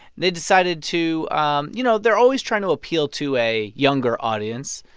they decided to um you know, they're always trying to appeal to a younger audience.